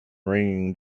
raining